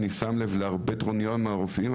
אני שם לב להרבה טרוניות מהרופאים,